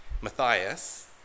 Matthias